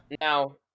Now